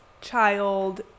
child